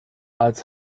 als